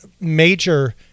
major